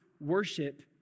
worship